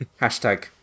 Hashtag